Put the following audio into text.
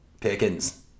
Pickens